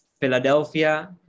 Philadelphia